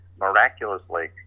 miraculously